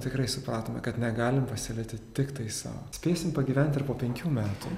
tikrai supratome kad negalim pasiliti tiktai sau spėsim pagyvent ir po penkių metų